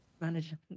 Manager